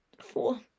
four